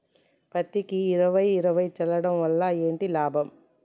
పత్తికి ఇరవై ఇరవై చల్లడం వల్ల ఏంటి లాభం?